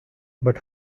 but